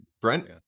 Brent